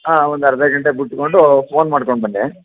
ಹಾಂ ಒಂದು ಅರ್ಧ ಗಂಟೆ ಬಿಟ್ಕೊಂಡು ಫೋನ್ ಮಾಡ್ಕೊಂಡು ಬನ್ನಿ